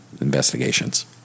investigations